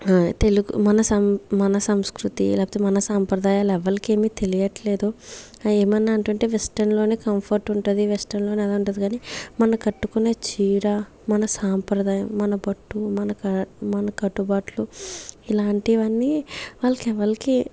తెలు మన సం మన సంస్కృతి లేకపోతే మన సాంప్రదాయాలు ఎవ్వలికేమి తెలియట్లేదు ఏమన్నా అంటుంటే వెస్టర్న్ లోనే కంఫర్ట్ ఉంటుంది వెస్టర్న్టుంది గని మన కట్టుకునే చీర మన సాంప్రదాయం మన పట్టు మన క మన కట్టుబాట్లు ఇలాంటివన్నీ వాళ్ళకెవలికి